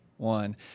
One